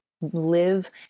live